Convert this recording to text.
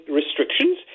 restrictions